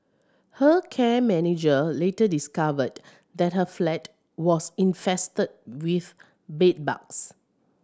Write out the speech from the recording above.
her care manager later discovered that her flat was infested with bedbugs